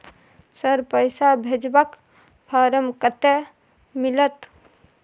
Sir, पैसा भेजबाक form कत्ते मिलत?